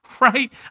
right